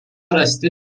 rasti